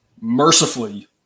mercifully